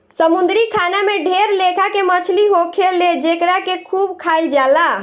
समुंद्री खाना में ढेर लेखा के मछली होखेले जेकरा के खूब खाइल जाला